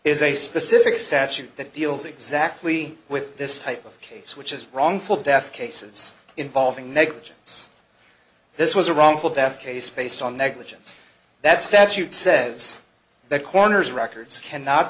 is a specific statute that deals exactly with this type of case which is wrongful death cases involving negligence this was a wrongful death case based on negligence that statute says that coroner's records cannot